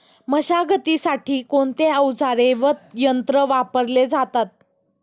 मशागतीसाठी कोणते अवजारे व यंत्र वापरले जातात?